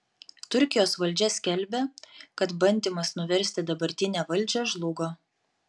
turkijos valdžia skelbia kad bandymas nuversti dabartinę valdžią žlugo